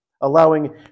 allowing